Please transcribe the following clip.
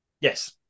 Yes